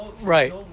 right